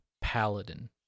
paladin